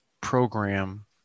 program